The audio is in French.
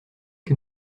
que